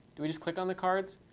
did we just clicked on the cards?